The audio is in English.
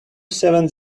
seven